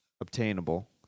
obtainable